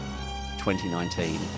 2019